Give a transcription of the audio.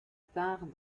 tinrent